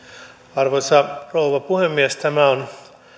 arvoisa rouva puhemies tämä on